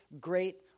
great